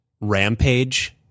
rampage